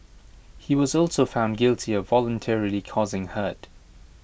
he was also found guilty of voluntarily causing hurt